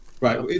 Right